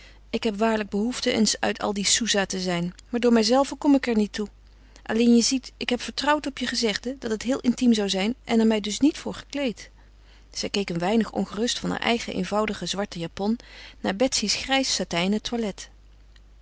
ik heb waarlijk behoefte eens uit al die soesah te zijn maar door mijzelve kom ik er niet toe alleen je ziet ik heb vertrouwd op je gezegde dat het heel intiem zou zijn en er mij dus niet voor gekleed zij keek een weinig ongerust van haar eigen eenvoudige zwarte japon naar betsy's grijs satijnen toilet